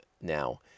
now